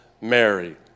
Mary